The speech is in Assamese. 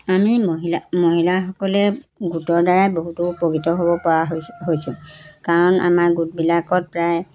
আমি মহিলা মহিলাসকলে গোটৰ দ্বাৰাই বহুতো উপকৃত হ'ব পৰা হৈছ হৈছোঁ কাৰণ আমাৰ গোটবিলাকত প্ৰায়